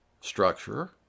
structure